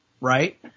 Right